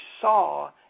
saw